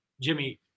Jimmy